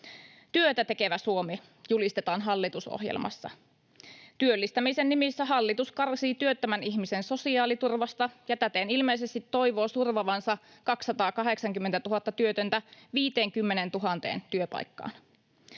”Työtä tekevä Suomi”, julistetaan hallitusohjelmassa. Työllistämisen nimissä hallitus karsii työttömän ihmisen sosiaaliturvasta ja täten ilmeisesti toivoo survovansa 280 000 työtöntä 50 000 työpaikkaan.